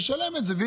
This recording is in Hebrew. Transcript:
הוא ישלם על זה,